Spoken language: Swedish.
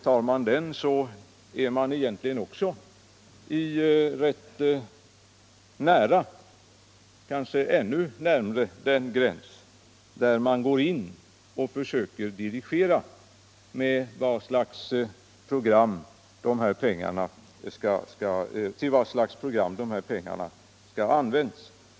Tar man den kommer man också nära, kanske ännu närmare den gräns där man går in och försöker dirigera till vad slags program de här pengarna skall användas.